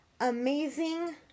amazing